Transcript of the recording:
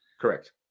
correct